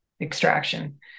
extraction